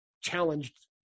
challenged